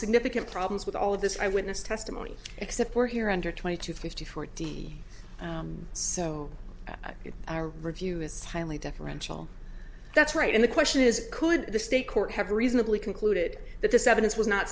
significant problems with all of this eyewitness testimony except for here under twenty two fifty four d so our review is highly deferential that's right in the question is could the state court have reasonably concluded that this evidence was not